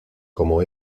como